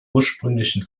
ursprünglichen